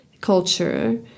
culture